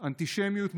אנטישמיות מובהקת,